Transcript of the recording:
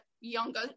younger